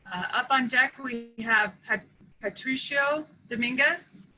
up on deck, we have have patricio dominguez.